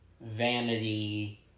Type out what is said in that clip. Vanity